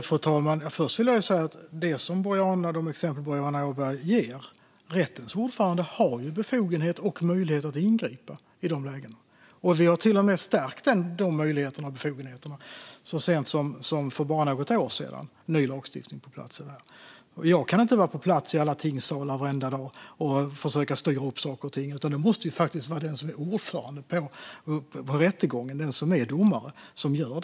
Fru talman! När det gäller de exempel som Boriana Åberg ger vill jag först säga att rättens ordförande har befogenhet och möjlighet att ingripa i dessa lägen. Vi har till och med stärkt dessa möjligheter och befogenheter så sent som för bara något år sedan då ny lagstiftning kom på plats. Jag kan inte vara på plats i alla tingssalar varenda dag och försöka styra upp saker och ting. Det måste faktiskt ordföranden, den som är domare, göra.